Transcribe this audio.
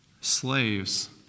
slaves